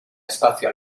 espacio